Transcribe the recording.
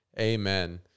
Amen